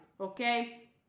okay